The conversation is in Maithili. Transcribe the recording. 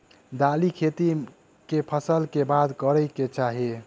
दालि खेती केँ फसल कऽ बाद करै कऽ चाहि?